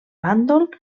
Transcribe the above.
bàndol